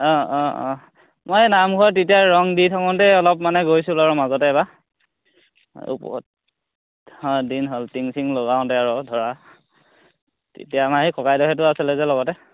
অঁ অঁ অঁ মই নামঘৰ তেতিয়া ৰং দি থাকোঁতে অলপ মানে গৈছিলোঁ আৰু মাজতে এবাৰ ওপৰত অঁ দিন হ'ল টিং চিং লগাওঁতে আৰু ধৰা তেতিয়া আমাৰ সেই ককাইদেউহঁতো আছিলে যে লগতে